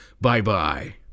Bye-bye